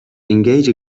engage